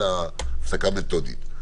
אלא הפסקה מתודית.